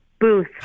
booth